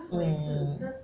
mm